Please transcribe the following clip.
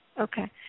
Okay